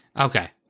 Okay